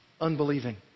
unbelieving